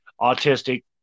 autistic